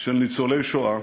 של ניצולי שואה,